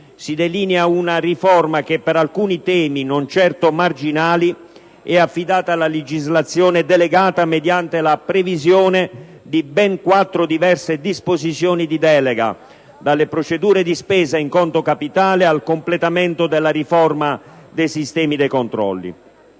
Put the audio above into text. si delinea una riforma che per alcuni temi, non certo marginali, è affidata alla legislazione delegata mediante la previsione di ben quattro diverse disposizioni di delega: dalle procedure di spesa in conto capitale al completamento della riforma del sistema dei controlli.